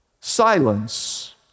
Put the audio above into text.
silence